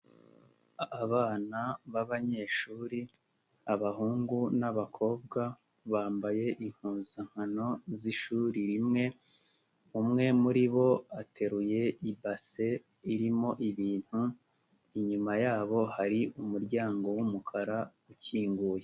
Abana b'abanyeshuri, abahungu n'abakobwa bambaye impuzankano z'ishuri rimwe, umwe muri bo ateruye ibase irimo ibintu, inyuma yabo hari umuryango w'umukara ukinguye.